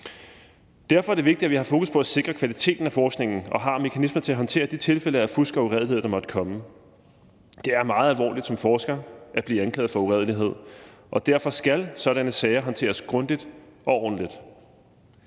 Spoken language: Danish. Derfor er det vigtigt, at vi har fokus på at sikre kvaliteten af forskningen og har mekanismer til at håndtere de tilfælde af fusk og uredelighed, der måtte komme. Det er meget alvorligt som forsker at blive anklaget for uredelighed, og derfor skal sådanne sager håndteres grundigt og ordentligt.